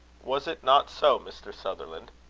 was it not so, mr. sutherland?